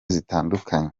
zitandukanye